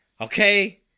okay